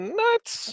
nuts